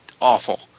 awful